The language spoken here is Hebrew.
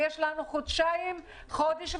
יש לנו חודש וחצי.